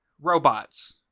Robots